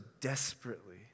desperately